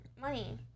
Money